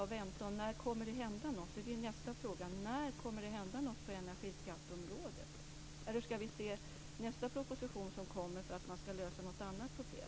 Nästa fråga är: När kommer det att hända någonting på energiskatteområdet? Eller skall vi få se att nästa proposition kommer när man skall lösa något annat problem?